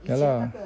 ya lah